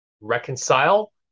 reconcile